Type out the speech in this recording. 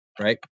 right